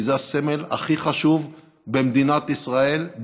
כי זה הסמל הכי חשוב במדינת ישראל,